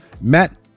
Matt